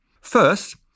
First